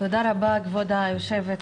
תודה רבה כב' היו"ר,